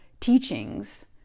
teachings